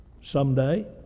someday